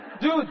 dude